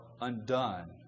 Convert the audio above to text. undone